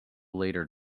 later